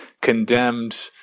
condemned